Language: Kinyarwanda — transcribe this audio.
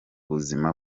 buzima